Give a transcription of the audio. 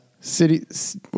city